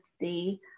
see